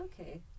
Okay